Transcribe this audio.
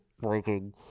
breaking